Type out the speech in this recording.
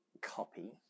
copy